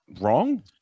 wrong